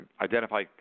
identify